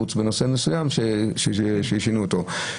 חוץ מנושא מסוים ששינו אותו.